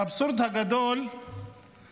האבסורד הגדול הוא